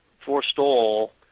forestall